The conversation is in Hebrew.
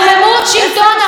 אני אגיד איך זה קשור.